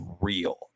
real